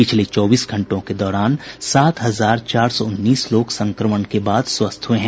पिछले चौबीस घंटों के दौरान सात हजार चार सौ उन्नीस लोग संक्रमण के बाद स्वस्थ हुए हैं